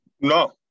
No